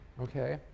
okay